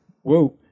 whoa